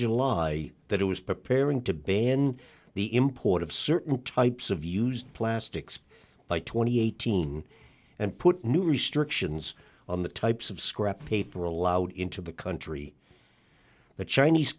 july that it was preparing to ban the import of certain types of used plastics by twenty eighteen and put new restrictions on the types of scrap paper allowed into the country the chinese